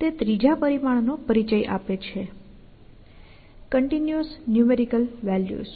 તે ત્રીજા પરિમાણનો પરિચય આપે છે કંટીન્યુસ ન્યૂમેરિકલ વેલ્યૂઝ